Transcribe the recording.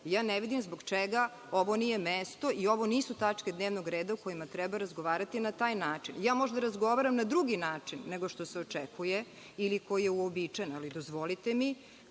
Ja ne vidim zbog čega ovo nije mesto i ovo nisu tačke dnevnog reda kojima treba razgovarati na taj način. Možda razgovaram na drugi način, nego što se očekuje ili koji je uobičajen, ali dozvolite mi